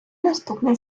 наступний